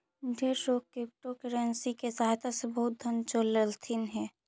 ढेर लोग सब क्रिप्टोकरेंसी के सहायता से बहुत धन जोड़ लेलथिन हे